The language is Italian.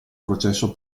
processo